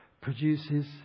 produces